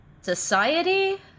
society